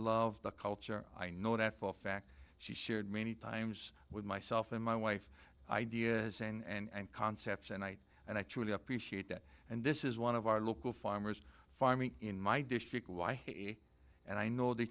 love the culture i know that for a fact she shared many times with myself and my wife ideas and concepts and i and i truly appreciate that and this is one of our local farmers farming in my district why he and i know they